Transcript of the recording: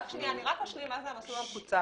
רק אשלים מה זה המסלול המקוצר.